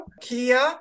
Kia